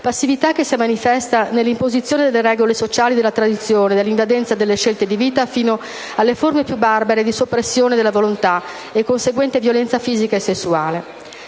passività che si manifesta nell'imposizione delle regole sociali della tradizione, nell'invadenza nelle scelte di vita fino alle forme più barbare di soppressione della volontà e conseguente violenza fisica e sessuale.